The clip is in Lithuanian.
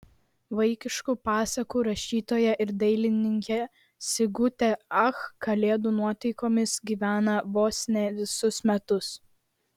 vaikiškų pasakų rašytoja ir dailininkė sigutė ach kalėdų nuotaikomis gyvena vos ne visus metus